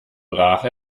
brach